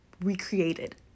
recreated